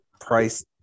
price